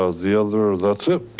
ah the other that's it.